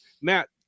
Matt